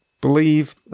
believe